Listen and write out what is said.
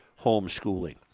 homeschooling